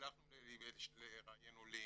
הצלחנו לראיין עולים,